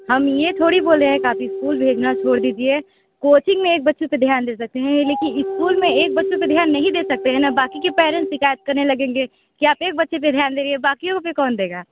हम ये थोड़ी बोले हैं कि आप इस्कुल भेजना छोड़ दीजिए कोचिंग में एक बच्चे पर ध्यान दे सकते हैं लेकिन इस्कूल में एक बच्चे पर ध्यान नहीं दे सकते है ना बाक़ी के पेरेंट्स शिकायत करने लगेंगे कि आप एक बच्चे पर ध्यान दे रही हैं बकियों पर कौन देगा